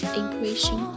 impression